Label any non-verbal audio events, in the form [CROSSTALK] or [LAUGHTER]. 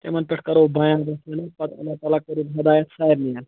تِمن پٮ۪ٹھ کَرو بیان [UNINTELLIGIBLE] پتہٕ [UNINTELLIGIBLE] اللہ تعالیٰ کٔرِنۍ ہدایت سارنٕے